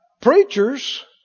preachers